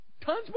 tons